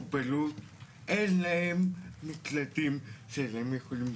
מוגבלות אין להם מקלטים שהם יכולים להתפנות.